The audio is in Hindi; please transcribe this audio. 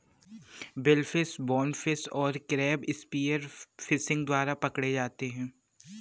बिलफिश, बोनफिश और क्रैब स्पीयर फिशिंग द्वारा पकड़े जाते हैं